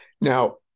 Now